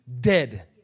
dead